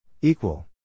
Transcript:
Equal